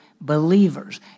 believers